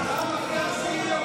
כספים?